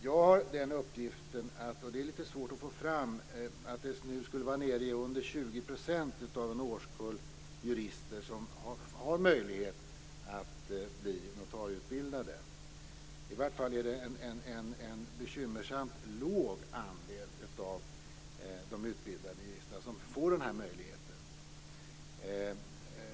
Jag har fått uppgiften - den är litet svår att få fram - att så få som 20 % av en årskull jurister har möjlighet att bli notarieutbildade. Det är i varje fall en bekymmersamt liten andel av de utbildade juristerna som får denna möjlighet.